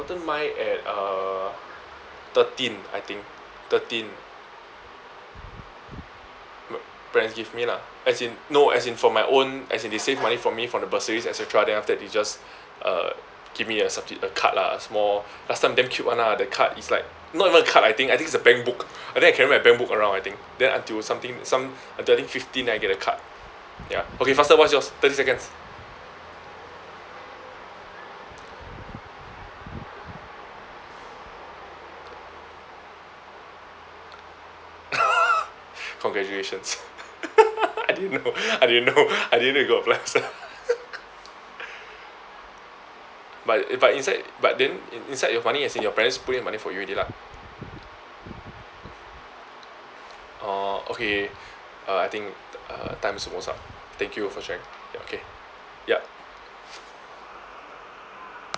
gotten my at uh thirteen I think thirteen m~ parents give me lah as in no as in for my own as in they save money for me for the bursaries et cetera then after that they just uh give me a subst~ a card lah small last time damn cute [one] lah the card is like not even a card I think I think is a bank book I think I carry my bank book around I think then until something some I turning fifteen then I get a card yup okay faster what's yours thirty seconds congratulations I didn't know I didn't know I didn't know you got apply but eh but inside but then in~ inside you have money as in your parents put in money for you already lah orh okay uh I think uh time's almost up thank you for sharing ya okay yup